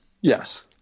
Yes